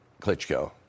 Klitschko